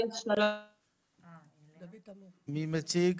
מי מציג?